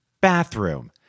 Bathroom